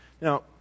Now